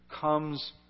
comes